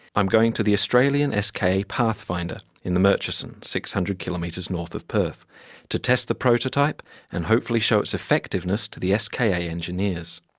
i'm going to the australian ska pathfinder in the murchison, six hundred kilometres north of perth to test the prototype and hopefully show its effectiveness to the ska yeah yeah engineers.